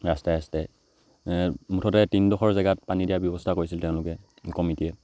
ৰাস্তাই ৰাস্তাই মুঠতে তিনিডোখৰ জেগাত পানী দিয়া ব্যৱস্থা কৰিছিল তেওঁলোকে কমিটীয়ে